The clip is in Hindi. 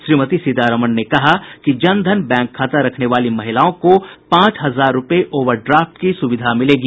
श्रीमती सीतारमन ने कहा कि जनधन बैंक खाता रखने वाली महिलाओं को पांच हजार रूपये ओवर ड्राफ्ट की सुविधा मिलेगी